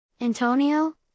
Antonio